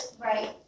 Right